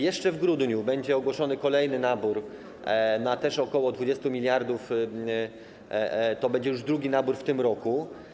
Jeszcze w grudniu będzie ogłoszony kolejny nabór, też na ok. 20 mld, to będzie już drugi nabór w tym roku.